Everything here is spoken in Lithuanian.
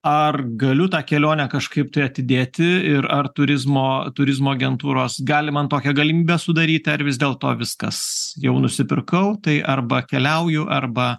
ar galiu tą kelionę kažkaip tai atidėti ir ar turizmo turizmo agentūros gali man tokią galimybę sudaryti ar vis dėlto viskas jau nusipirkau tai arba keliauju arba